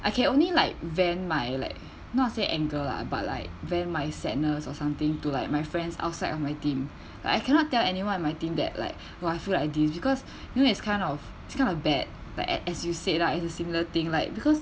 I can only like vent my like not to say anger lah but like vent my sadness or something to like my friends outside of my team I cannot tell anyone in my team that like !wah! I feel like this because you know it's kind of it's kind of bad a a as you said lah as a similar thing like because